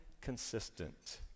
consistent